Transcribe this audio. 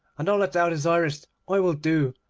and all that thou desirest i will do,